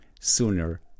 Sooner